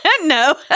No